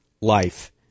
life